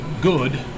good